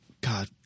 god